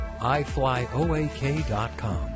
iFlyOAK.com